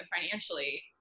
financially